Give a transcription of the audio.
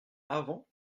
avant